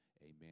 Amen